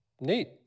neat